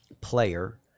player